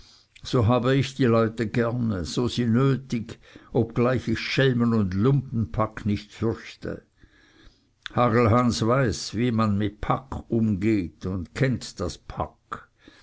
so habe ich die leute gerne so sie nötig obgleich ich schelmen und lumpenpack nicht fürchte hagelhans weiß wie man mit pack umgeht und kennt das pack